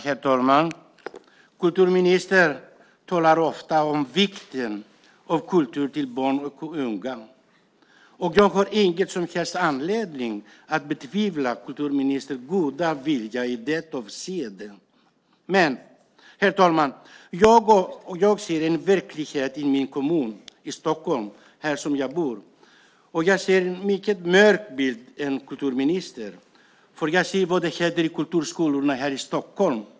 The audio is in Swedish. Herr talman! Kulturministern talar ofta om vikten av kultur för barn och unga, och jag har ingen som helst anledning att betvivla kulturministerns goda vilja i det avseendet. Men, herr talman, jag ser en verklighet i min kommun här i Stockholm, där jag bor, och jag ser en mycket mörkare bild än kulturministern. Jag ser vad som händer i kulturskolorna här i Stockholm.